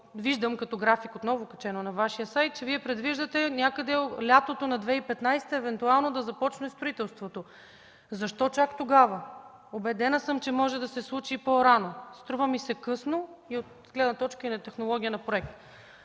гледам графика, качен на Вашия сайт. Вие предвиждате някъде през лятото на 2015 г. евентуално да започне строителството. Защо чак тогава? Убедена съм, че може да се случи и по-рано. Струва ми се късно и от гледна точка на технологията на проекта.